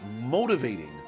motivating